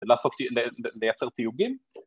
‫ולייצר תיוגים.